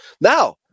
Now